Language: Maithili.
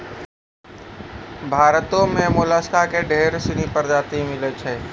भारतो में मोलसका के ढेर सिनी परजाती मिलै छै